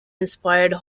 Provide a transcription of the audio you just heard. inspired